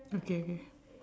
okay okay